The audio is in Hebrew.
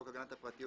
חוק הגנת הפרטיות,